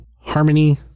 Harmony